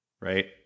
right